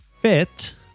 Fit